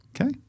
Okay